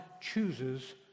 chooses